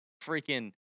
freaking